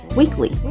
weekly